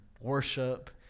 worship